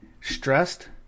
stressed